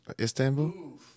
Istanbul